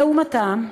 לעומתו,